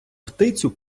птицю